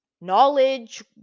knowledge